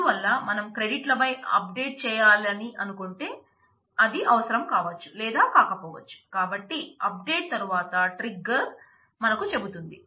అందువల్ల మనం క్రెడిట్ మనకు చెబుతుంది